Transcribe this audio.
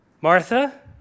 Martha